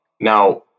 Now